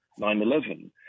9-11